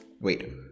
Wait